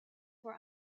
were